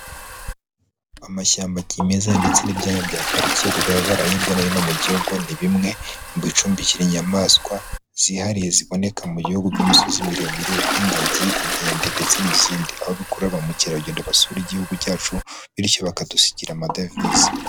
Amashyamba kimeza ndetse n'ibyanya bya parike bigaragara hirya nohino mu gihugu, ni bimwe mu bicumbikira inyamaswa zihariye ziboneka mu bihugu by'imisozi miremire, nk'ingagi, inkende, ndetse n'izindi. Aho bikurura ba mukerarugendo basura igihugu cyacu bityo bakadusigira amadevize.